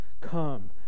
come